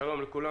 שלום לכולם.